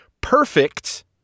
Perfect-